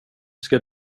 ska